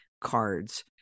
cards